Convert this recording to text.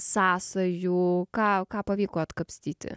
sąsajų ką ką pavyko atkapstyti